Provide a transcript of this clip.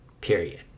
period